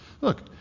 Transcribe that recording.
Look